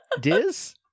Diz